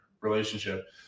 relationship